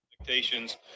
Expectations